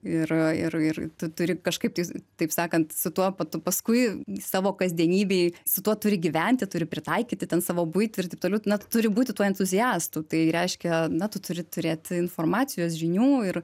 ir ir ir tu turi kažkaip tais taip sakant su tuo pa tu paskui savo kasdienybėj su tuo turi gyventi turi pritaikyti ten savo buitį ir taip toliau na turi būti tuo entuziastu tai reiškia na tu turi turėti informacijos žinių ir